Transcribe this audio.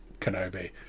Kenobi